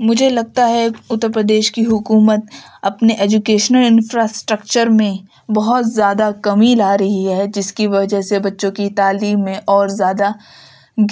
مجھے لگتا ہے اتر پردیش کی حکومت اپنے ایجوکیشنل انفراسٹکچر میں بہت زیادہ کمی لا رہی ہے جس کی وجہ سے بچوں کی تعلیم میں اور زیادہ